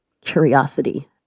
curiosity